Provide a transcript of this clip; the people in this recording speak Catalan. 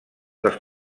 dels